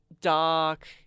dark